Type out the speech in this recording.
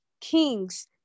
kings